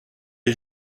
est